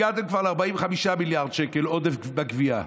הגעתם כבר ל-45 מיליארד שקל עודף בגבייה.